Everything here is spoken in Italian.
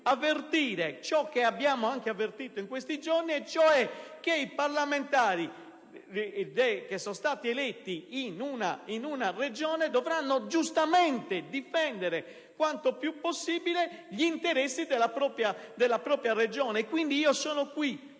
avvertire ciò che abbiamo avvertito in questi giorni: i parlamentari eletti in una regione dovranno giustamente difendere quanto più possibile gli interessi della propria regione. Quindi sono qui